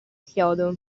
chiodo